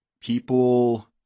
people